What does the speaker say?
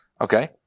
Okay